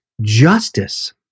justice